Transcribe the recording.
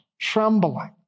trembling